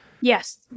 Yes